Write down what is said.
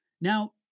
Now